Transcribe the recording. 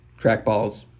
trackballs